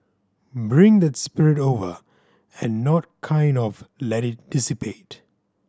bring that spirit over and not kind of let it dissipate